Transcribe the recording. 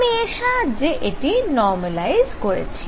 আমি এর সাহায্যে এটি নরমালাইজ করেছি